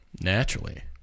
Naturally